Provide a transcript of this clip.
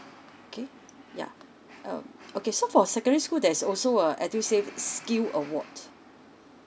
okay yeah um okay so for secondary school there's also a edu save skill award